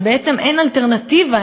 ובעצם אין אלטרנטיבה,